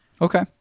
Okay